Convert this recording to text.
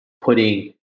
putting